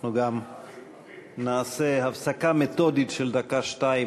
גם נעשה הפסקה מתודית של דקה-שתיים,